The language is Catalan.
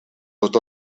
tot